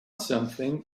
something